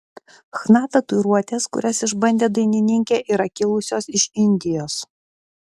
chna tatuiruotės kurias išbandė dainininkė yra kilusios iš indijos